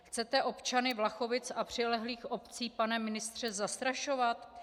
Chcete občany Vlachovic a přilehlých obcí, pane ministře, zastrašovat?